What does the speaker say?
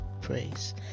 praise